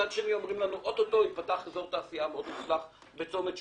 מצד שני אומרים לנו שאוטוטו ייפתח אזור תעשייה בצומת שוקת,